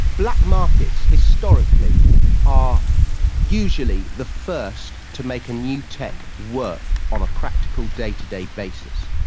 black markets historically are usually the first to make a new tech work on a practical day-to-day basis.